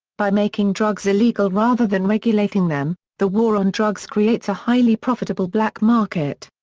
by making drugs illegal rather than regulating them, the war on drugs creates a highly profitable black market.